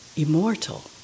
immortal